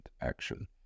action